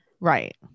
Right